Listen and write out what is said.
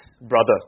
brother